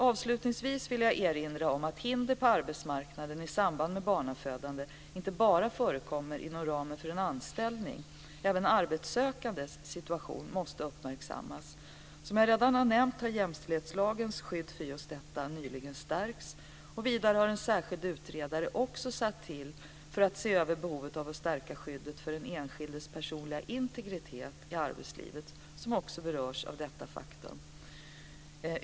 Avslutningsvis vill jag erinra om att hinder på arbetsmarknaden i samband med barnafödande inte bara förkommer inom ramen för en anställning. Även arbetssökandes situation måste uppmärksammas. Som jag redan nämnt har jämställdhetslagens skydd för arbetssökande nyligen stärkts. Vidare har en särskild utredare tillsatts för att se över behovet av att stärka skyddet för den enskildes personliga integritet i arbetslivet, som också berörs av detta faktum.